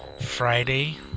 Friday